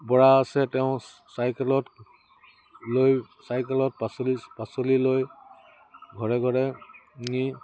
বৰা আছে তেওঁ চাইকেলত লৈ চাইকেলত পাচলি পাচলি লৈ ঘৰে ঘৰে নি